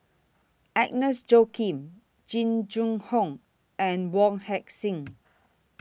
Agnes Joaquim Jing Jun Hong and Wong Heck Sing